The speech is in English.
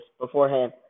beforehand